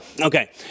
Okay